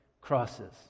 crosses